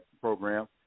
program